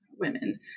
women